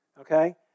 okay